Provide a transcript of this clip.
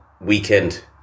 weekend